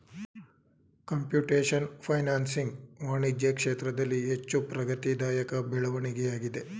computation financing ವಾಣಿಜ್ಯ ಕ್ಷೇತ್ರದಲ್ಲಿ ಹೆಚ್ಚು ಪ್ರಗತಿದಾಯಕ ಬೆಳವಣಿಗೆಯಾಗಿದೆ